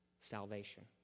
salvation